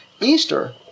Easter